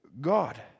God